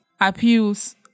appeals